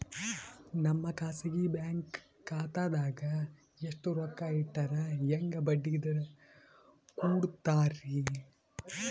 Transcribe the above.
ನಮ್ಮ ಖಾಸಗಿ ಬ್ಯಾಂಕ್ ಖಾತಾದಾಗ ಎಷ್ಟ ರೊಕ್ಕ ಇಟ್ಟರ ಹೆಂಗ ಬಡ್ಡಿ ದರ ಕೂಡತಾರಿ?